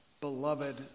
beloved